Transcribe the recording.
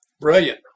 Brilliant